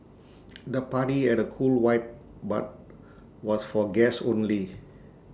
the party had A cool vibe but was for guests only